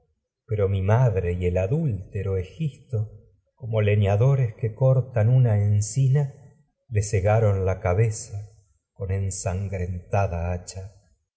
pero mi madre res el adúltero egisto como leñado que cortan una encina no le segaron la cabeza con ensangrentada más hacha